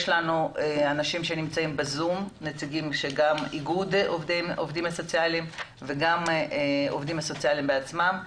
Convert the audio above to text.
יש אנשים שנמצאים בזום גם נציגי האיגוד וגם עובדים סוציאליים בעצמם.